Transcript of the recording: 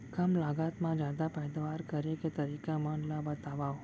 कम लागत मा जादा पैदावार करे के तरीका मन ला बतावव?